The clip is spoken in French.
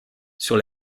sur